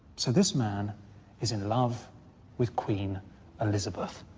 so, this man is in love with queen elizabeth.